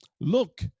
Look